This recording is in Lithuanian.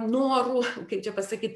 norų kaip čia pasakyt